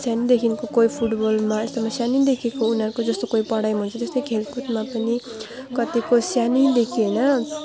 सानोदेखिन्को कोही फुटबलमा यस्तोमा सानेदेखिको उनीहरूको जस्तो कोही पढाइमा हुन्छ त्यस्तै खेलकुदमा पनि कतिको सानैदेखि होइन